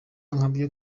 ryabyo